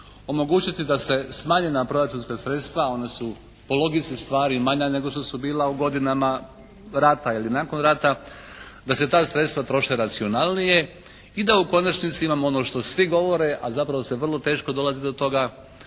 omogućiti da se smanjena proračunska sredstva, ona su po logici stvari manja nego što su bila u godinama rata ili nakon rata, da se ta sredstva troše racionalnije i da u konačnici imamo ono što svi govore a zapravo se vrlo teško dolazi do toga